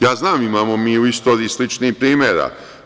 Ja znam, imamo mi u istoriji sličnih primera.